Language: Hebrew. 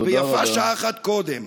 ויפה שעה אחת קודם.